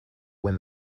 when